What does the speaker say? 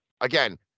again